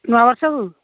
ନୂଆ ବର୍ଷକୁ